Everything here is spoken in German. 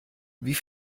wie